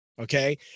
okay